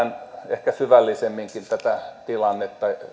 ehkä vähän syvällisemminkin tätä tilannetta